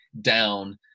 down